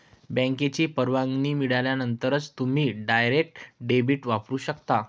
बँकेची परवानगी मिळाल्यानंतरच तुम्ही डायरेक्ट डेबिट वापरू शकता